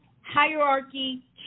hierarchy